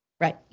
Right